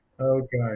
Okay